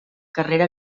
carrera